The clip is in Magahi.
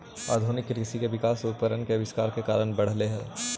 आधुनिक कृषि के विकास उपकरण के आविष्कार के कारण बढ़ले हई